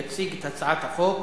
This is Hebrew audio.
יציג את הצעת החוק